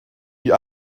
die